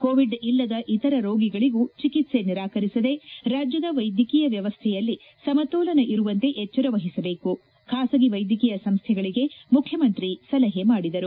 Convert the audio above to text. Covid ಇಲ್ಲದ ಇತರ ರೋಗಿಗಳಿಗೂ ಚಿಕಿತ್ಸೆ ನಿರಾಕರಿಸದೆ ರಾಜ್ಯದ ವೈದ್ಯಕೀಯ ವ್ಯವಸ್ಥೆಯಲ್ಲಿ ಸಮತೋಲನ ಇರುವಂತೆ ಎಚ್ವರ ವಹಿಸಬೇಕು ಬಾಸಗಿ ವೈದ್ಯಕೀಯ ಸಂಸ್ಟೆಗಳಿಗೆ ಮುಖ್ಯಮಂತ್ರಿ ಸಲಹೆ ಮಾಡಿದರು